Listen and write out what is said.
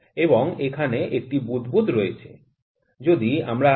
এবং এখানে একটি বুদ্বুদ রয়েছে